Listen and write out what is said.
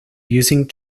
using